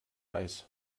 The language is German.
weiß